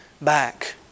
back